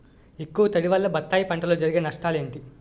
ఎక్కువ తడి వల్ల బత్తాయి పంటలో జరిగే నష్టాలేంటి?